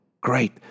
Great